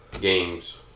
games